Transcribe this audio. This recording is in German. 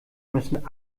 müssen